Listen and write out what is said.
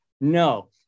no